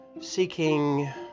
seeking